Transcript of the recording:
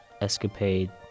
Escapade